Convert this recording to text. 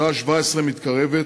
השעה 17:00 מתקרבת,